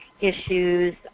issues